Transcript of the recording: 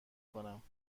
کنم